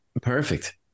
Perfect